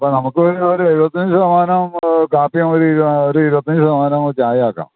അപ്പോൾ നമുക്ക് ഒരു ഒരു എഴുപത്തഞ്ച് ശതമാനം കാപ്പിയാക്കി ഒരു ഇരുപത്തഞ്ച് ശതമാനം ചായയും ആക്കാം